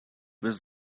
was